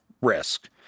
risk